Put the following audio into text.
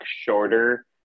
shorter